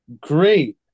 great